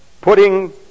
putting